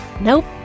Nope